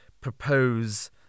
propose